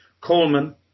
Coleman